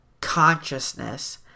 consciousness